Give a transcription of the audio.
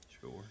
sure